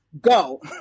Go